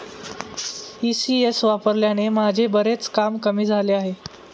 ECS वापरल्याने माझे बरेच काम कमी झाले आहे